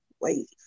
wait